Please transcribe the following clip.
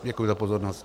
Děkuji za pozornost.